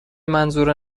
منظور